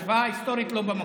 ההשוואה ההיסטורית לא במקום.